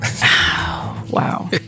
Wow